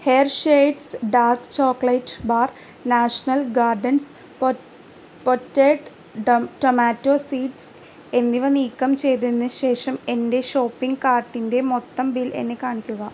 Hershey's dark chocolate bar national gardens potted tomato seeds എന്നിവ നീക്കം ചെയ്തതിന് ശേഷം എന്റെ ഷോപ്പിംഗ് കാർട്ടിന്റെ മൊത്തം ബിൽ എന്നെ കാണിക്കുക